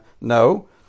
No